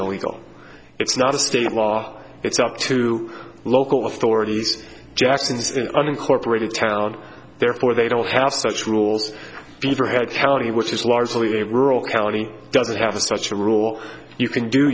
illegal it's not a state law it's up to local authorities jackson is in unincorporated town therefore they don't have such rules beaverhead county which is largely a rural county doesn't have such a rule you can do